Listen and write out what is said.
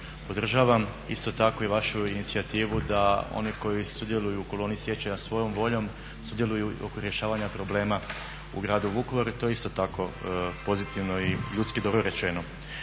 podržavam. Isto tako i vašu inicijativu da oni koji sudjeluju u koloni sjećanja svojom voljom sudjeluju i oko rješavanja problema u gradu Vukovaru. To je isto tako pozitivno i ljudski dobro rečeno.